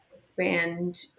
expand